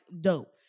dope